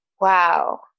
Wow